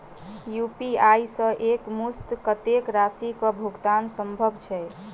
UPI सऽ एक मुस्त कत्तेक राशि कऽ भुगतान सम्भव छई?